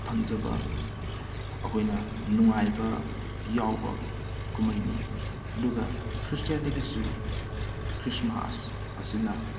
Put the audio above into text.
ꯐꯪꯖꯕ ꯑꯩꯈꯣꯏꯅ ꯅꯨꯡꯉꯥꯏꯕ ꯌꯥꯎꯕ ꯀꯨꯝꯍꯩꯅꯤ ꯑꯗꯨꯒ ꯈ꯭ꯔꯤꯁꯇꯤꯌꯦꯟꯗꯒꯤꯖꯨ ꯈ꯭ꯔꯤꯁꯃꯥꯁ ꯑꯁꯤꯅ